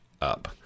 Up